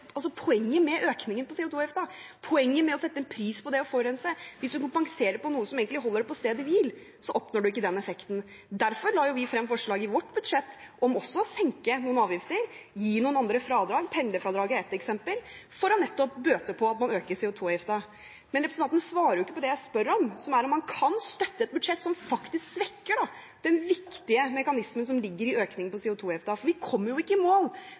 å forurense. Hvis man kompenserer på noe som egentlig holder det på stedet hvil, oppnår man ikke den effekten. Derfor la vi frem forslag i vårt budsjett om også å senke noen avgifter, gi noen andre fradrag – pendlerfradraget er et eksempel – for nettopp å bøte på at man øker CO 2 -avgiften. Men representanten svarer ikke på det jeg spør om, som er om han kan støtte et budsjett som faktisk svekker den viktige mekanismen som ligger i økningen av CO 2 -avgiften. Vi kommer ikke i mål